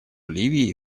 ливии